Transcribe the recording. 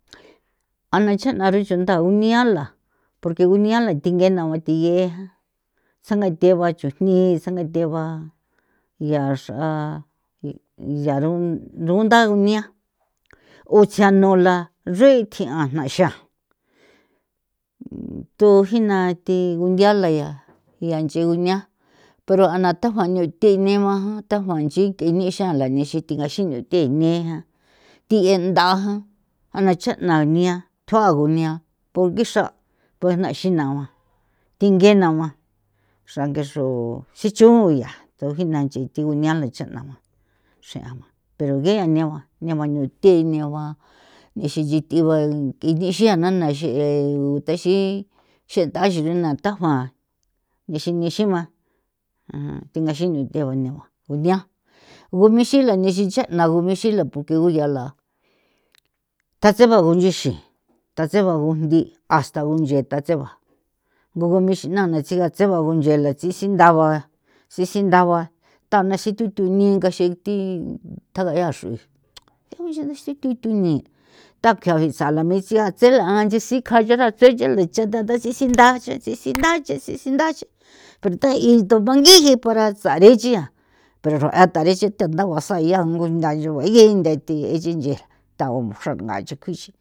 A na cha'na nchri chunda gunia la porque gunia la thingi nao thi'e ja tsangathe ba chujni tsangate ba ya xra ya rugunda gunia oo tsianola ruitji'a jna xa tho jina thi gunia la ya ya nche gunia pero ana thabaña thi ne ba jan tha banchi ke ni'i xa la ni xi thingaxi thi ni'ea ja thi'e ntha ja jana cha'na nia tjoa gunia bo nguixra npue'jna xi naoa thingui naoa xrange xro xi cho'o ya tseu jina nchi tji gunia la cha'naua xre'aua pero guea ne ba ne ba niu thii ne ba nixinchi thi ba ngi ni xi'a na na ixi utexi xentha ixi chuna tha ba nixi nixiua thingaxi niuthe ba negua gunia g ixila nixi nche'na g ixila porque guya la tha tse ba gunchixi tha tse ba gujndi hasta gunche tha tse ba gu g ixi na'na tsji'a tse ba unche ngai thi tsji ntha ba sisintha ba tha na ixi thu thuni ngaxi thi tja gaya xru'i tjejo thuini tha kjia gitsa'a la mitsia tsela nchixi kja nye xra chreyela icha ntha ntha sisi nthache tsi si nthache sisi nthache pero ta'i ndo bangiji para sare' chia pero rua' tarexi thi ntha guasaya ngu ntha yu'i ngii ntha thi ixi nche tao xrangi xi kjuixi.